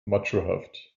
machohaft